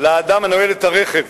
לאדם הנועל את הרכב